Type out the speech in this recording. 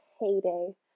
heyday